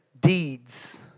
deeds